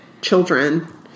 children